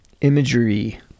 imagery